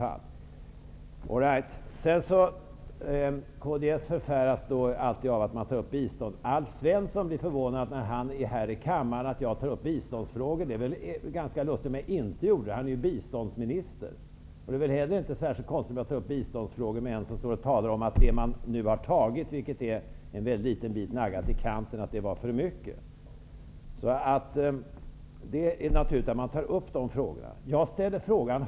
Alf Svensson blir förvånad när jag tar upp biståndsfrågor här i kammaren. Det vore väl ganska lustigt om jag inte tog upp sådana frågor. Alf Svensson är ju biståndsminister. Det är väl inte heller särskilt konstigt att ta upp biståndsfrågor med en som står och talar om att den nedskärning som man har fattat beslut om -- och som enbart naggar biståndet i kanten -- var för stor. Det är då naturligt att ta upp sådana frågor.